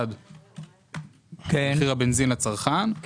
שקלים מחיר הבנזין לצרכן,